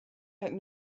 got